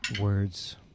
words